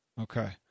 Okay